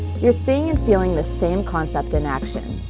you're seeing and feeling the same concept in action.